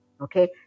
okay